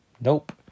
Nope